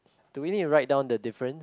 do we need to write down the difference